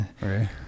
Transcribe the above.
Right